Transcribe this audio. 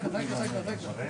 (היו"ר סימון דוידסון, 09:27)